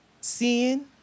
Seeing